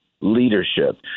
Leadership